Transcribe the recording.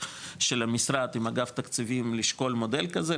של המשרד עם אגף תקציבים לשקול מודל כזה,